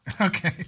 Okay